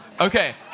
Okay